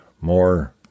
More